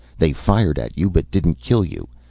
they fired at you but didn't kill you.